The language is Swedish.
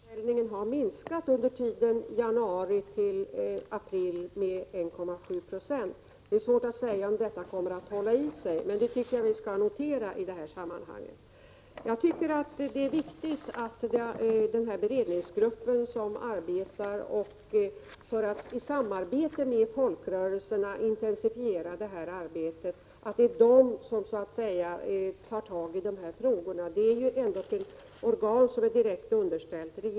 Herr talman! Man kan notera att alkoholförsäljningen har minskat under tiden januari till april med 1,7 20. Det är svårt att säga om detta kommer att hålla i sig. Men jag tycker att vi skall notera detta. Det är viktigt att det är denna beredningsgrupp och folkrörelserna tillsammans som arbetar för att intensifera det här arbetet och tar tag i dessa frågor. Denna beredningsgrupp är ju ett organ som är direkt underställt regeringen.